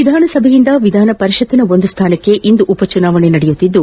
ವಿಧಾನಸಭೆಯಿಂದ ವಿಧಾನ ಪರಿಷತ್ನ ಒಂದು ಸ್ಥಾನಕ್ಕೆ ಇಂದು ಉಪಚುನಾವಣೆ ನಡೆಯುತ್ತಿದ್ದು